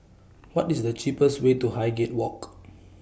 What IS The cheapest Way to Highgate Walk